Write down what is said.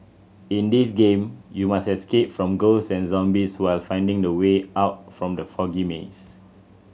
in this game you must escape from ghosts and zombies while finding the way out from the foggy maze